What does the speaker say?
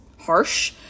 harsh